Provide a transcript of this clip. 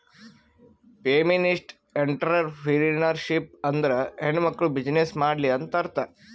feminist entrepreneurship ಅಂದುರ್ ಹೆಣ್ಮಕುಳ್ನೂ business ಮಾಡ್ಲಿ ಅಂತ್ ಅರ್ಥಾ